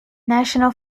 national